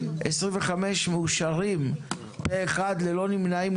25 מאושרים פה אחד ללא נמנעים,